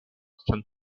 sen